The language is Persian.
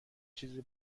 چیزی